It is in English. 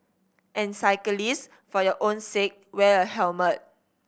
and cyclist for your own sake wear a helmet